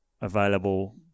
available